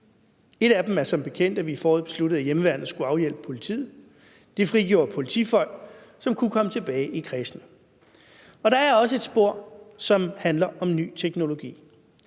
Et af dem er som bekendt, at vi i foråret besluttede, at hjemmeværnet skulle hjælpe politiet. Det frigjorde politifolk, som kunne komme tilbage i kredsene. Og der er også et spor, som handler om ny teknologi.